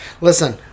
Listen